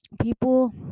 people